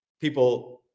people